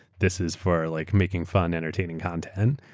this is for like making fun, entertaining content,